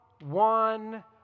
one